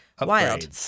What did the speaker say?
wild